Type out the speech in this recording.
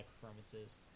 performances